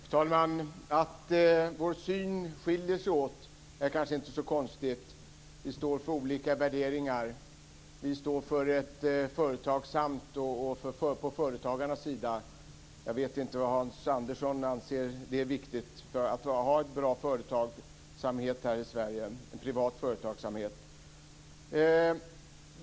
Fru talman! Att vår syn skiljer sig åt är kanske inte så konstigt. Vi står för olika värderingar. Vi moderater står på företagarnas sida. Jag vet inte om Hans Andersson anser att det är viktigt för att ha en bra privat företagsamhet här i Sverige.